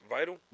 Vital